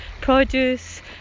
produce